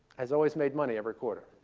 has always made money every quarter.